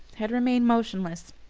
had remained motionless,